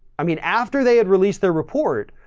i mean after they had released their report,